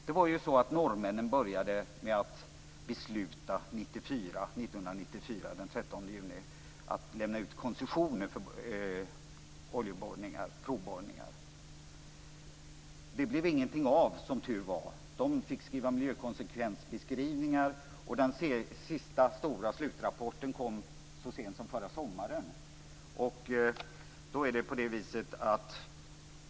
Det var ju så att norrmännen började med att den 13 juni 1994 besluta att lämna ut koncessioner för provoljeborrningar. Det blev ingenting av det, som tur var. De fick skriva miljökonsekvensbeskrivningar, och den sista stora slutrapporten kom så sent som förra sommaren.